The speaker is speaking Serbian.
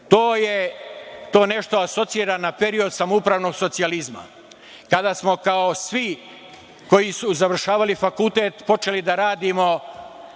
To nešto asocira na period samoupravnog socijalizma, kada smo kao svi koji su završavali fakultet počeli da radimo